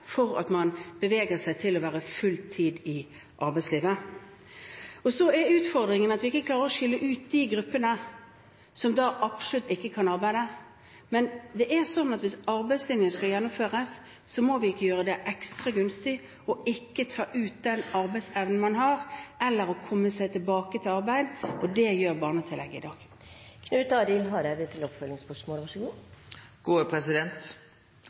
for det å være fulltid i arbeidslivet. Utfordringen er at vi ikke klarer å skille ut de gruppene som absolutt ikke kan arbeide, men det er sånn at hvis arbeidslinjen skal gjennomføres, må vi ikke gjøre det ekstra gunstig å ikke ta ut den arbeidsevnen man har, eller å komme seg tilbake i arbeid – og det gjør barnetillegget i dag.